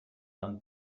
and